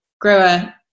grower